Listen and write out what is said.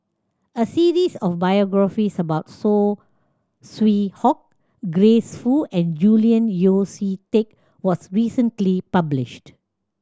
a series of biographies about Saw Swee Hock Grace Fu and Julian Yeo See Teck was recently published